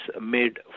made